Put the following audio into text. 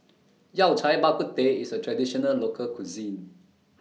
Yao Cai Bak Kut Teh IS A Traditional Local Cuisine